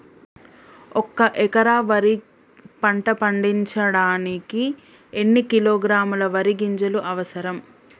ఒక్క ఎకరా వరి పంట పండించడానికి ఎన్ని కిలోగ్రాముల వరి గింజలు అవసరం?